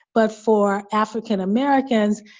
but for african-americans,